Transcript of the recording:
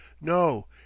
No